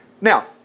Now